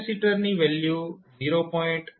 કેપેસિટરની વેલ્યુ 0